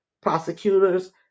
Prosecutors